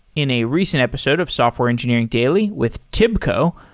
in a recent episode of software engineering daily with tibco,